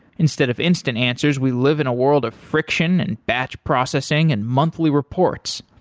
instead of instant answers, we live in a world of friction, and batch processing, and monthly reports,